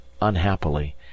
unhappily